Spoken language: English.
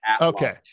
Okay